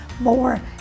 more